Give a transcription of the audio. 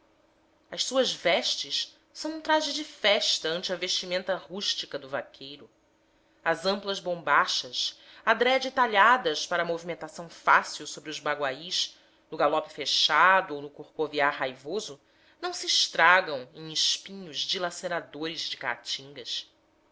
as suas vestes são um traje de festa ante a vestimenta rústica do vaqueiro as amplas bombachas adrede talhadas para a movimentação fácil sobre os baguais no galope fechado ou no corcovear raivoso não se estragam em espinhos dilaceradores de caatingas